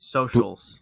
socials